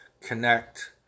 connect